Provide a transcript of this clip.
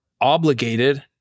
obligated